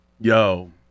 yo